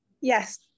Yes